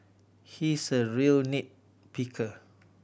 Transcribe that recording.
he is a real nit picker